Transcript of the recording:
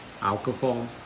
alcohol